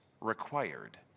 required